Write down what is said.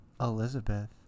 Elizabeth